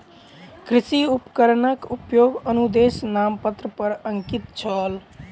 कृषि उपकरणक उपयोगक अनुदेश नामपत्र पर अंकित छल